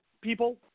people